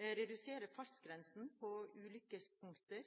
Vi må redusere fartsgrensen på ulykkespunkter.